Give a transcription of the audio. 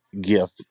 gift